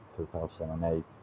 2008